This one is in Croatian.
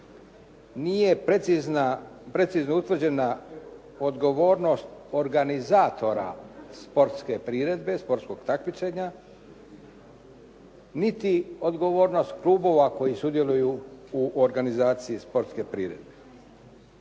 nije precizno utvrđena odgovornost organizatora sportske priredbe, sportskog natjecanja niti odgovornost klubova koji sudjeluju u organizaciji sportske priredbe.